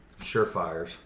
surefires